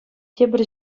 тепӗр